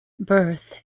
birth